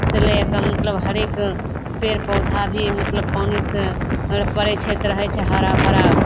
से लऽके मतलब हरेक पेड़ पौधा भी मतलब पानि से अगर पड़ै छै तऽ रहै छै हरा भरा